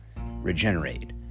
Regenerate